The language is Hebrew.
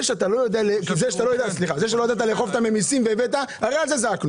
זה שאתה לא יודע לאכוף עליהם מסים על זה זעקנו.